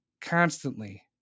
constantly